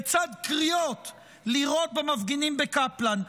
בצד קריאות לירות במפגינים בקפלן.